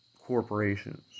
corporations